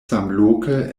samloke